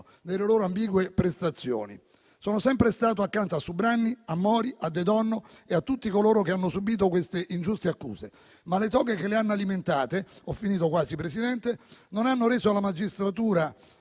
per le loro ambigue prestazioni. Sono sempre stato accanto a Subranni, a Mori, a De Donno e a tutti coloro che hanno subito ingiuste accuse, ma le toghe che le hanno alimentate non hanno reso onore alla magistratura,